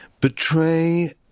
betray